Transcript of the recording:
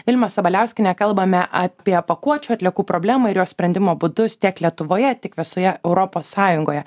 vilma sabaliauskiene kalbame apie pakuočių atliekų problemą ir jos sprendimo būdus tiek lietuvoje tiek visoje europos sąjungoje